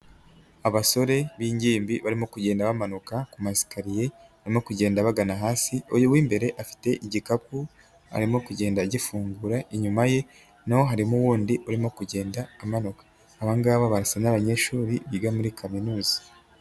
Abasore b'ingimbi barimo kugenda bamanuka ku masikariye barimo kugenda bagana hasi, uyu w'imbere afite igikapu arimo kugenda agifungura inyuma ye naho harimo wundi urimo kugenda amanuka. Abangaba barasana n'abanyeshuri biga muri kaminuza.